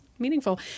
meaningful